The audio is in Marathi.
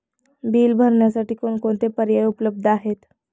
बिल भरण्यासाठी कोणकोणते पर्याय उपलब्ध आहेत?